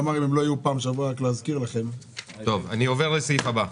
אני עובר לסעיף הבא.